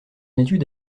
étude